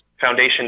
Foundation